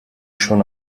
schon